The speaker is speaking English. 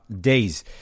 days